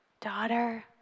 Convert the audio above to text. Daughter